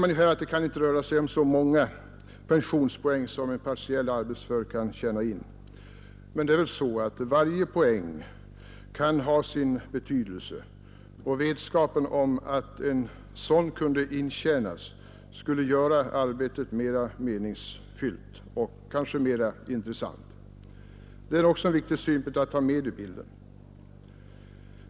Nu anser utskottet att det inte kan röra sig om så många pensionspoäng som en partiellt arbetsför kan tjäna in, men varje poäng kan ha sin betydelse, och vetskapen om att en sådan kunde intjänas skulle göra arbetet mera meningsfyllt och mera intressant. Det är också en viktig synpunkt att ta med i bilden.